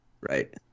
right